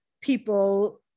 people